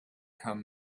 come